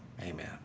amen